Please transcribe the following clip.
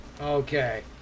Okay